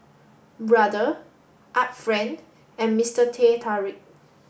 Brother Art Friend and Mister Teh Tarik